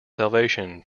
salvation